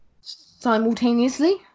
simultaneously